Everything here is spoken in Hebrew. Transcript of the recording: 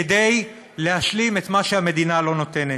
כדי להשלים את מה שהמדינה לא נותנת.